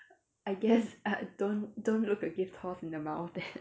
I guess uh don't don't look a gift horse in the mouth then